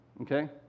okay